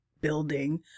building